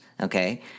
Okay